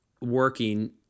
working